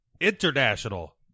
international